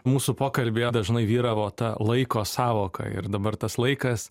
mūsų pokalbyje dažnai vyravo ta laiko sąvoka ir dabar tas laikas